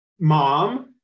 mom